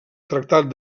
tractat